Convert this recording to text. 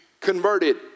converted